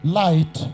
light